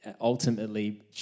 ultimately